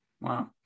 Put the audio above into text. Wow